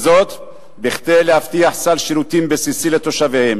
כדי להבטיח סל שירותים בסיסי לתושביהן.